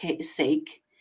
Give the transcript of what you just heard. sake